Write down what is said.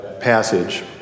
passage